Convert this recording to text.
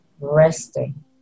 resting